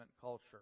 culture